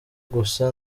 gusa